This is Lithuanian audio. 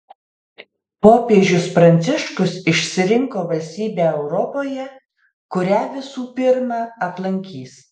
popiežius pranciškus išsirinko valstybę europoje kurią visų pirma aplankys